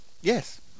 Yes